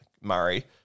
Murray